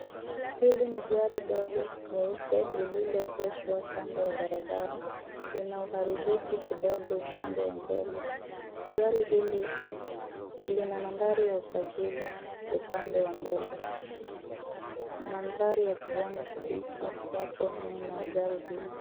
Hili ni gari dogo jeupe lililoegeshwa kando ya barabara. Lina uharibifu kidogo upande wa mbele. Gari hili lina nambari ya usajili upande wa mbele. Mandhari ya kijani kibichi yapo nyuma ya gari hili.